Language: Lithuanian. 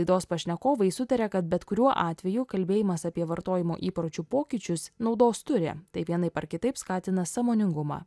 laidos pašnekovai sutaria kad bet kuriuo atveju kalbėjimas apie vartojimo įpročių pokyčius naudos turi tai vienaip ar kitaip skatina sąmoningumą